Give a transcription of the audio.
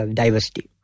diversity